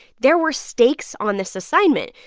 there were stakes on this assignment.